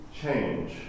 change